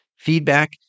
Feedback